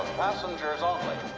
passengers only.